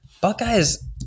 Buckeyes